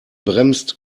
bremst